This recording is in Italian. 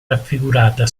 raffigurata